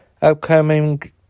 Upcoming